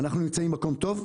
אנחנו נמצאים במקום טוב,